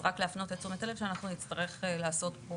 אז רק להפנות את תשומת הלב שאנחנו נצטרך לעשות פה